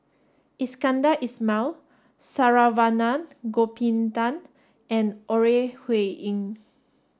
Iskandar Ismail Saravanan Gopinathan and Ore Huiying